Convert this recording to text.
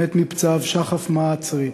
מת מפצעיו שחף מהצרי,